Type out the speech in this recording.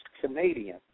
Canadian